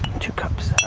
two cups,